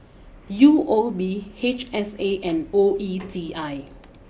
U O B H S A and O E T I